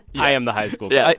i am the high school. yeah.